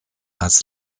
als